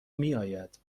میآید